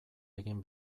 egin